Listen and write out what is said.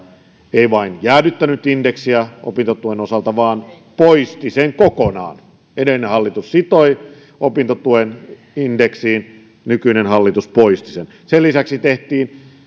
ei vain jäädyttänyt indeksiä opintotuen osalta vaan poisti sen kokonaan edellinen hallitus sitoi opintotuen indeksiin nykyinen hallitus poisti sen sen lisäksi tehtiin